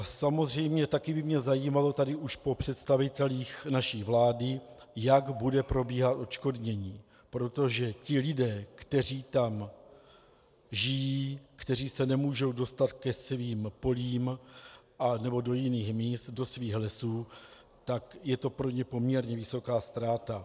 Samozřejmě taky by mě zajímalo už po představitelích naší vlády, jak bude probíhat odškodnění, protože ti lidé, kteří tam žijí, kteří se nemohou dostat ke svým polím nebo do jiných míst, do svých lesů, tak je to pro ně poměrně vysoká ztráta.